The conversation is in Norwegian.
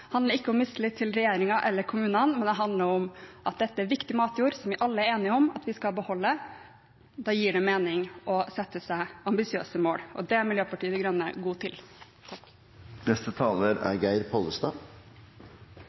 handler ikke om mistillit til regjeringen eller kommunene, men det handler om at dette er viktig matjord som vi alle er enige om at vi skal beholde. Da gir det mening å sette seg ambisiøse mål. Det er Miljøpartiet De Grønne god til.